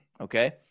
Okay